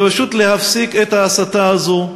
ופשוט להפסיק את ההסתה הזאת.